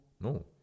No